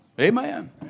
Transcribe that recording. Amen